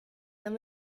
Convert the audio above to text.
han